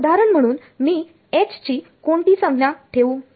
तर उदाहरण म्हणून मी ची कोणती संज्ञा ठेवू